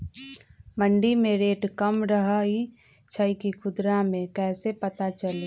मंडी मे रेट कम रही छई कि खुदरा मे कैसे पता चली?